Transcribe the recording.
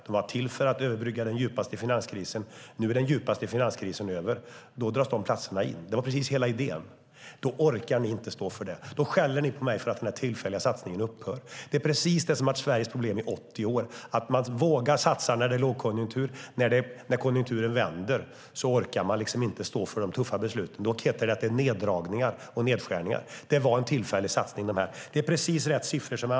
De var till för att överbrygga den djupaste finanskrisen. Nu är den djupaste finanskrisen över, och då dras de platserna in. Det var det som var idén. Ni orkar inte stå för det utan skäller på mig för att den tillfälliga satsningen upphör. Det är det som har varit Sveriges problem i 80 år. Man vågar satsa i lågkonjunktur, men när konjunkturen vänder orkar man inte stå för de tuffa besluten. Då heter det att det är neddragningar och nedskärningar. Det var en tillfällig satsning. De siffror som har angivits är riktiga.